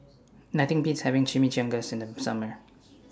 Nothing Beats having Chimichangas in The Summer